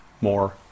more